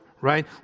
right